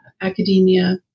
academia